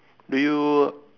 do you